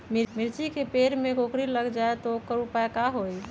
मिर्ची के पेड़ में कोकरी लग जाये त वोकर उपाय का होई?